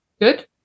good